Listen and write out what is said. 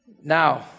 Now